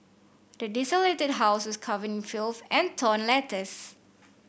the desolated house was covered in filth and torn letters